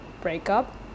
breakup